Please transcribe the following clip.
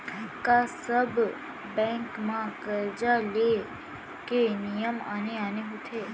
का सब बैंक म करजा ले के नियम आने आने होथे?